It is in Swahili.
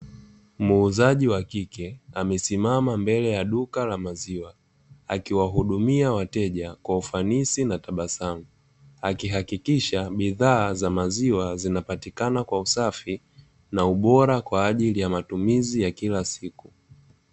Muuzaji wa kike amesimama mbele ya duka la maziwa akiwahudumia wateja, kwa ufanisi na tabasamu akihakikisha bidhaa za maziwa zinapatikana kwa usafi na ubora kwajili ya matumizi ya kila siku.